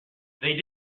they